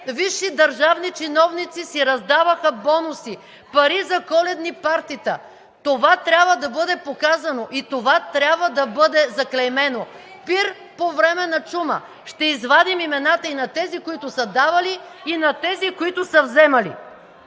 висши държавни чиновници си раздаваха бонуси, пари за коледни партита! Това трябва да бъде показано и това трябва да бъде заклеймено – „Пир по време на чума“! Ще извадим имената и на тези, които са давали, и на тези, които са вземали!